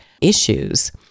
issues